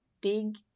dig